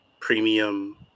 premium